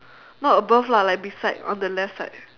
not above lah like beside on the left side